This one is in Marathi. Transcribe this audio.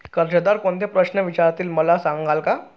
कर्जदार कोणते प्रश्न विचारतील, मला सांगाल का?